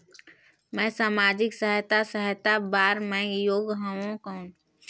मैं समाजिक सहायता सहायता बार मैं योग हवं कौन?